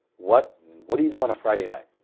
what what do you do on a friday night?